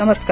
नमस्कार